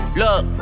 look